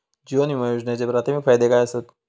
जीवन विमा योजनेचे प्राथमिक फायदे काय आसत?